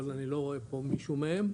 אבל אני לא רואה פה מישהו מהם.